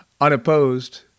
unopposed